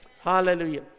Hallelujah